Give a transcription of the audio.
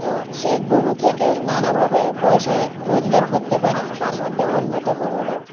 তো সে গরু থেকে নানাভাবে পয়সা রোজগার করতে পারে তার মধ্যে অন্যতম হলো